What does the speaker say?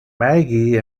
maggie